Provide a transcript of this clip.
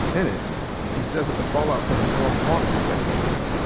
in it he says that the fallout from the storm haunted his second term.